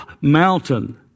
Mountain